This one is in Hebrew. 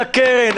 לקרן.